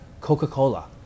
coca-cola